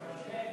נוכח,